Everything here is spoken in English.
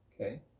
Okay